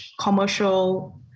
commercial